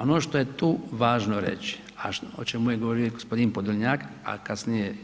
Ono što je tu važno reći, a o čemu je govorio i gospodin Podolnjak, a kasnije